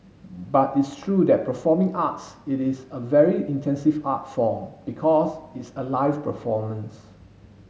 but it's true that performing arts it is a very intensive art form because it's a live performance